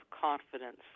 confidence